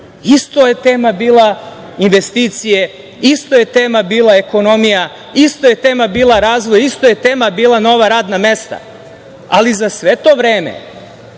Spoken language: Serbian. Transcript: isto je tema bila investicije, isto je tema bila ekonomija, isto je tema bila razvoj, isto je tema bila nova radna mesta, ali za sve to vreme